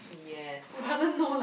yes